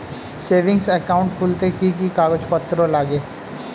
Savings account খুলতে কি কি কাগজপত্র লাগে?